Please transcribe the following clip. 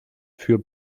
für